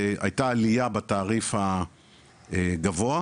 הייתה עלייה בתעריף הגבוה,